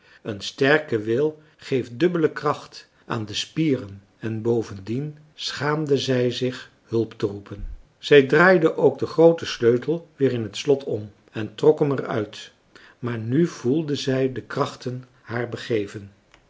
een sterke wil geeft dubbele kracht aan de spieren en marcellus emants een drietal novellen bovendien schaamde zij zich hulp te roepen zij draaide ook den grooten sleutel weer in het slot om en trok hem er uit maar nu voelde zij de krachten haar begeven